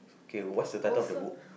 okay what's the title of the book